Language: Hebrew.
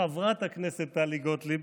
חברת הכנסת טלי גוטליב,